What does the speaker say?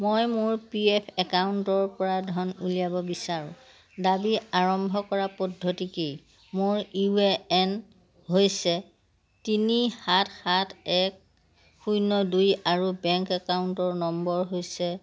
মই মোৰ P F একাউণ্টৰপৰা ধন উলিয়াব বিচাৰোঁ দাবী আৰম্ভ কৰাৰ পদ্ধতি কি মোৰ ইউ এ এন হৈছে তিনি সাত সাত এক শূন্য দুই আৰু বেংক একাউণ্টৰ নম্বৰ হৈছে